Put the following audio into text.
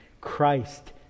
Christ